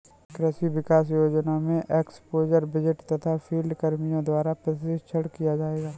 कृषि विकास योजना में एक्स्पोज़र विजिट तथा फील्ड कर्मियों द्वारा प्रशिक्षण किया जाएगा